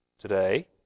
today